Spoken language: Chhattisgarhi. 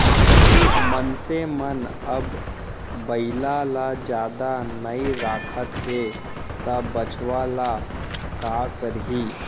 मनसे मन अब बइला ल जादा नइ राखत हें त बछवा ल का करहीं